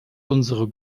unsere